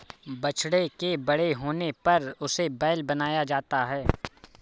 बछड़े के बड़े होने पर उसे बैल बनाया जाता है